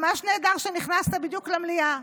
ממש נהדר שנכנסת בדיוק למליאה.